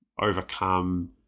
overcome